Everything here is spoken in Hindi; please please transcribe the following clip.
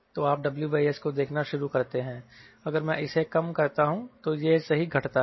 तो आप WS को देखना शुरू करते हैं अगर मैं इसे कम करता हूं तो यह सही घटता है